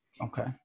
Okay